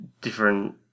different